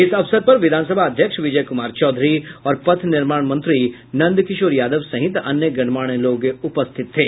इस अवसर पर विधानसभा अध्यक्ष विजय कुमार चौधरी और पथ निर्माण मंत्री नन्द किशोर यादव सहित अन्य गणमान्य लोग उपस्थित थे